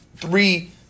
three